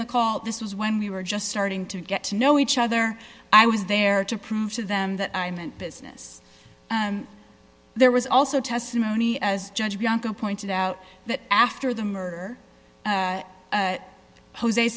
the call this was when we were just starting to get to know each other i was there to prove to them that i meant business and there was also testimony as judge bianca pointed out that after the